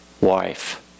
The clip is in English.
wife